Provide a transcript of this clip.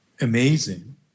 amazing